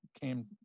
came